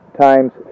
times